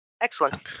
Excellent